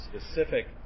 specific